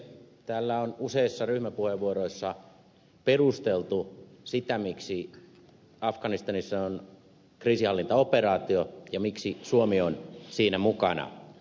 täällä on useissa ryhmäpuheenvuoroissa perusteltu sitä miksi afganistanissa on kriisinhallintaoperaatio ja miksi suomi on siinä mukana